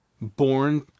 Born